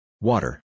Water